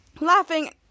laughing